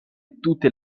tutte